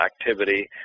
activity